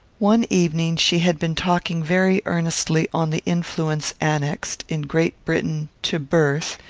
one evening she had been talking very earnestly on the influence annexed, in great britain, to birth,